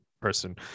person